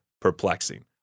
perplexing